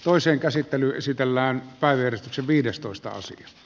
toisen käsittely esitellään kai virtasen viides toista asti